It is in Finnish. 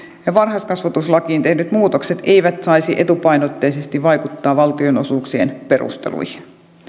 ja varhaiskasvatuslakiin tehdyt muutokset eivät saisi etupainotteisesti vaikuttaa valtionosuuksien perusteluihin